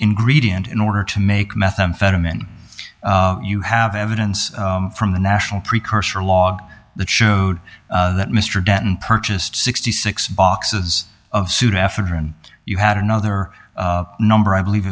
ingredient in order to make methamphetamine you have evidence from the national precursor log that showed that mr denton purchased sixty six boxes and you had another number i believe